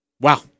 wow